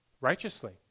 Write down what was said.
righteously